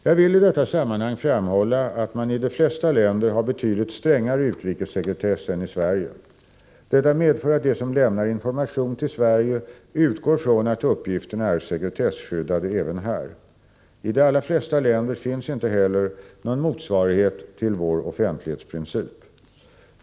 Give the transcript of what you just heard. Jag vill i detta sammanhang framhålla att man i de flesta länder har betydligt strängare utrikessekretess än i Sverige. Detta medför att de som lämnar information till Sverige utgår från att uppgifterna är sekretesskyddade även här. I de allra flesta länder finns inte heller någon motsvarighet till vår offentlighetsprincip.